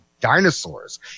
dinosaurs